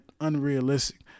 unrealistic